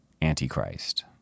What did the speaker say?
anti-Christ